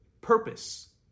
purpose